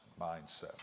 mindset